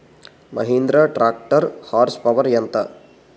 Mahindra tractor horse power ఎంత?